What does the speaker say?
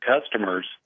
customers